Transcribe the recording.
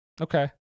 okay